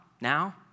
now